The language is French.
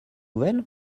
nouvelle